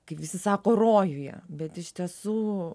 kaip visi sako rojuje bet iš tiesų